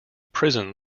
prison